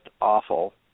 awful